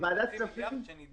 חצי המיליארד שנדרש.